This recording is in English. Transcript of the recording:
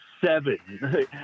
seven